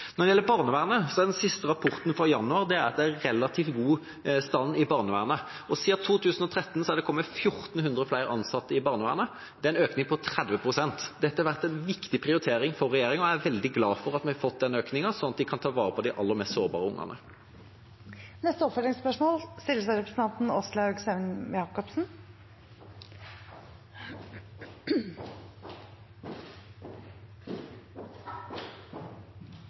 Når det gjelder barnevernet, viser den siste rapporten fra januar at det er relativt god stand i barnevernet. Siden 2013 har det kommet 1 400 flere ansatte i barnevernet. Det er en økning på 30 pst. Dette har vært en viktig prioritering for regjeringa, og jeg er veldig glad for at vi har fått den økningen, slik at de kan ta vare på de aller mest sårbare ungene. Åslaug Sem-Jacobsen – til oppfølgingsspørsmål. Det er dessverre, som representanten